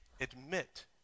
Admit